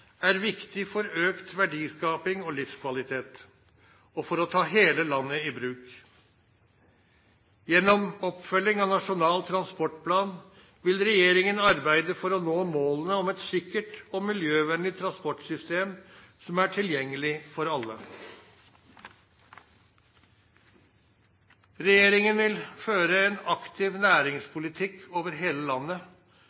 er viktig for økt verdiskaping og livskvalitet og for å ta hele landet i bruk. Gjennom oppfølging av Nasjonal transportplan vil regjeringen arbeide for å nå målene om et sikkert og miljøvennlig transportsystem som er tilgjengelig for alle. Regjeringen vil føre en aktiv